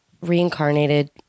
reincarnated